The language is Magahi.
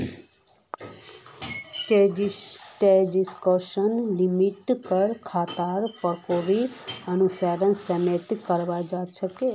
ट्रांजेक्शन लिमिटक खातार प्रकारेर अनुसारेर सीमित कराल जा छेक